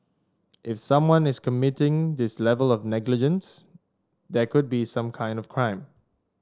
if someone is committing this level of negligence there could be some kind of crime